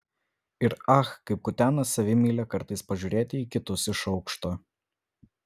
ir ach kaip kutena savimeilę kartais pažiūrėti į kitus iš aukšto